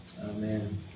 Amen